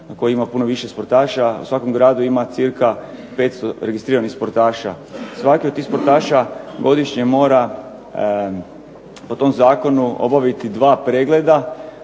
koji ima puno sportaša. U svakom gradu ima cca 500 registriranih sportaša. Svaki od tih sportaša godišnje mora po tom zakonu obaviti dva pregleda.